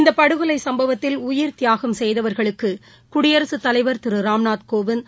இந்தபடுகொலைசம்பவத்தில் உயிர்த்தியாகம் செய்தவர்களுக்குகுடியரசுத் தலைவர் திருராம்நாத் கோவிந்த்